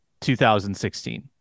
2016